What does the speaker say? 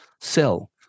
sell